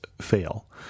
fail